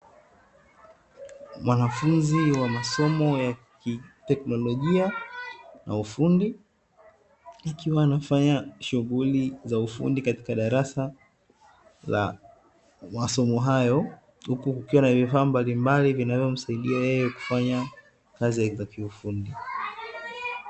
Mwanafunzi wa masomo ya kiteknolojia na ufundi, akiwa anafanya shughuli za ufundi katika darasa la masomo hayo, huku kukiwa na vifaa mbalimbali vinavyo msaidia yeye kufanya kazi za kiufundi.